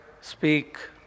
speak